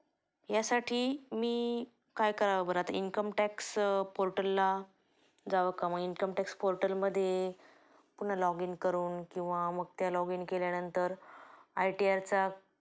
यासाठी मी काय करावं बरं आता इन्कम टॅक्स पोर्टलला जावं का मग इन्कम टॅक्स पोर्टलमध्ये पुन्हा लॉग इन करून किंवा मग त्या लॉग इन केल्यानंतर आय टी आरचा